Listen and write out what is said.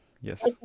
yes